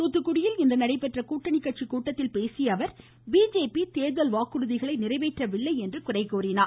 தூத்துக்குடியில் இன்று நடைபெற்ற கூட்டணி கட்சி கூட்டத்தில் பேசிய அவர் பிஜேபி தேர்தல் வாக்குறுதிகளை நிறைவேற்றவில்லை என்று குறை கூறினார்